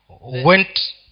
went